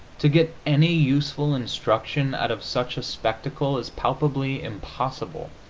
to get any useful instruction out of such a spectacle is palpably impossible